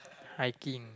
hiking